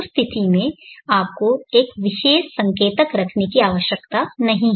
उस स्थिति में आपको एक विशेष संकेतक रखने की आवश्यकता नहीं है